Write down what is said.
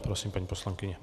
Prosím, paní poslankyně.